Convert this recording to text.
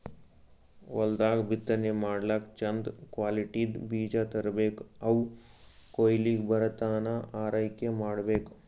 ಹೊಲ್ದಾಗ್ ಬಿತ್ತನೆ ಮಾಡ್ಲಾಕ್ಕ್ ಚಂದ್ ಕ್ವಾಲಿಟಿದ್ದ್ ಬೀಜ ತರ್ಬೆಕ್ ಅವ್ ಕೊಯ್ಲಿಗ್ ಬರತನಾ ಆರೈಕೆ ಮಾಡ್ಬೇಕ್